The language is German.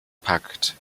pakt